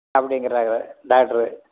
அப்படிங்கிறாங்க டாக்ட்ரு